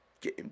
game